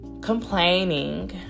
complaining